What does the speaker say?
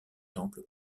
temple